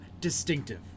distinctive